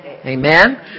Amen